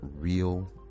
real